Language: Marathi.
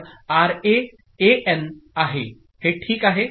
तर आरए एएन आहे हे ठीक आहे